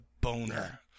boner